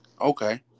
Okay